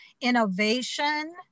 innovation